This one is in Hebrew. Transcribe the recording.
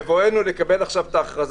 בבואנו לקבל את ההכרזה